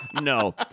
No